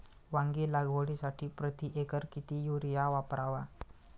वांगी लागवडीसाठी प्रति एकर किती युरिया वापरावा?